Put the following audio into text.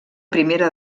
primera